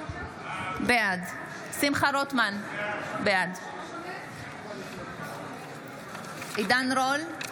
בעד שמחה רוטמן, בעד עידן רול,